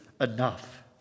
enough